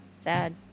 sad